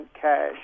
cash